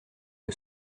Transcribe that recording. que